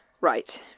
Right